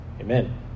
Amen